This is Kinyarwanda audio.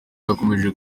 yakomeje